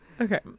Okay